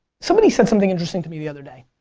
somebody said something interesting to me the other day.